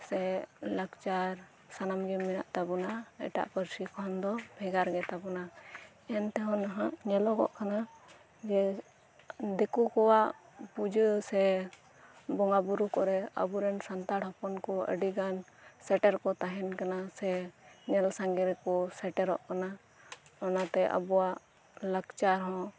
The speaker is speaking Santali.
ᱥᱮ ᱞᱟᱠᱪᱟᱨ ᱥᱟᱱᱟᱢᱜᱤ ᱢᱮᱱᱟᱜ ᱛᱟᱵᱩᱱᱟ ᱮᱴᱟᱜ ᱯᱟᱹᱨᱥᱤ ᱠᱷᱚᱱ ᱫᱚ ᱵᱷᱮᱜᱟᱨ ᱜᱮᱛᱟᱵᱚᱱᱟ ᱮᱱᱛᱮᱦᱚᱸ ᱱᱟᱦᱟᱜ ᱧᱮᱞᱚᱠᱚᱜ ᱠᱟᱱᱟ ᱡᱮ ᱫᱤᱠᱩ ᱠᱚᱣᱟᱜ ᱯᱩᱡᱟᱹ ᱥᱮ ᱵᱚᱸᱜᱟ ᱵᱩᱨᱩ ᱠᱚᱨᱮ ᱟᱵᱩᱨᱮᱱ ᱥᱟᱱᱛᱟᱲ ᱦᱚᱯᱚᱱᱠᱩ ᱟᱹᱰᱤᱜᱟᱱ ᱥᱮᱴᱮᱨᱠᱩ ᱛᱟᱦᱮᱱ ᱠᱟᱱᱟ ᱥᱮ ᱧᱮᱞ ᱥᱟᱸᱜᱮ ᱨᱮᱠᱩ ᱥᱮᱴᱮᱨᱚᱜ ᱠᱟᱱᱟ ᱚᱱᱟᱛᱮ ᱟᱵᱩᱣᱟᱜ ᱞᱟᱠᱪᱟᱨ ᱦᱚᱸ